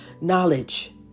knowledge